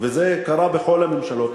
וזה קרה בכל הממשלות,